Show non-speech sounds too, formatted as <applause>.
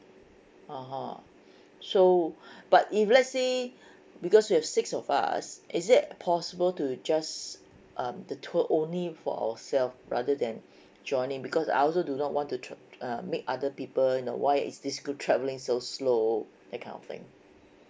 (uh huh) so <breath> but if let's say <breath> because we have six of us is that possible to just um the tour only for ourselves rather than joining because I also do not want to tr~ uh make other people you know why is this group traveling so slow that kind of thing